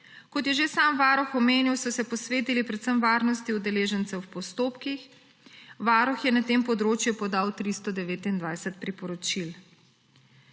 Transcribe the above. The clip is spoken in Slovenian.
Kot je že sam varuh omenil, so se posvetili predvsem varnosti udeležencev v postopkih. Varuh je na tem področju podal 329 priporočil.